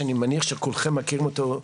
שאני מניח שכולכם מכירים אותו,